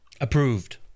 Approved